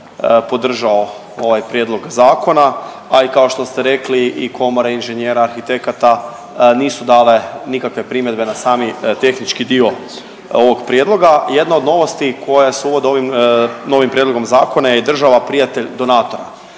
podržao ovaj prijedlog zakona, a i kao što ste rekli i komore inženjera arhitekata nisu dale nikakve primjedbe na sami tehnički dio ovog prijedloga. Jedna od novosti koje su uvode ovim novim prijedlogom zakona je država prijatelj donatora.